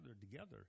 together